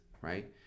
right